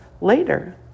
Later